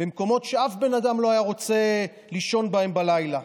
במקומות שאף אחד לא היה רוצה לישון בהם בלילה.